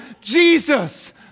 Jesus